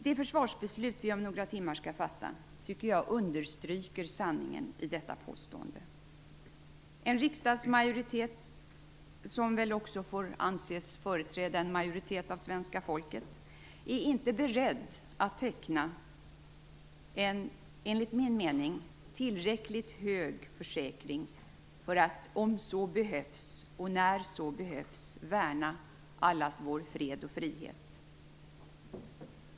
Det försvarsbeslut som vi om några timmar skall fatta tycker jag understryker sanningen i detta påstående. En riksdagsmajoritet, som väl också får anses företräda en majoritet av svenska folket, är inte beredd att teckna en, enligt min mening, tillräckligt hög försäkring för att om och när så behövs värna allas vår fred och frihet.